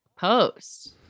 post